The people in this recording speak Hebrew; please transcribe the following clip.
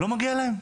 לא מגיע להם?